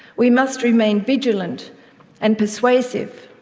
we must remain vigilant and persuasive.